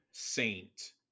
saint